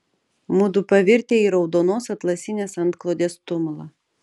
mudu pavirtę į raudonos atlasinės antklodės tumulą